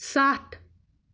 ستھ